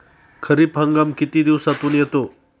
खरीप हंगाम किती दिवसातून येतात?